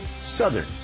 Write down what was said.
southern